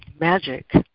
magic